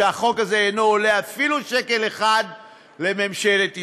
והחוק הזה אינו עולה אפילו שקל אחד לממשלת ישראל.